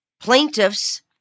plaintiffs